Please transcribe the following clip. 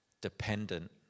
dependent